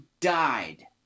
died